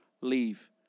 leave